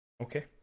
okay